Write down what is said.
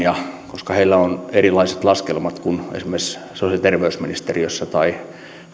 koska heillä on erilaiset laskelmat kuin esimerkiksi sosiaali ja terveysministeriössä tai